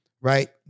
right